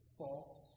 false